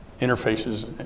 interfaces